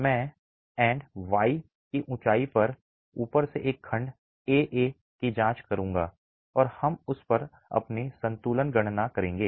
मैं and y 'की ऊँचाई पर ऊपर से एक खंड A A की जाँच करूँगा और हम उस पर अपनी संतुलन गणना करेंगे